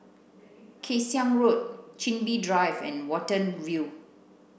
Kay Siang Road Chin Bee Drive and Watten View